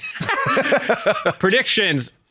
Predictions